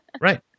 Right